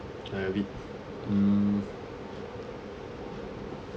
like a bit mm